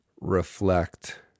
reflect